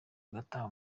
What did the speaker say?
agataha